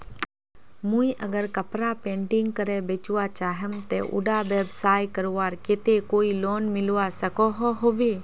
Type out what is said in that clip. मुई अगर कपड़ा पेंटिंग करे बेचवा चाहम ते उडा व्यवसाय करवार केते कोई लोन मिलवा सकोहो होबे?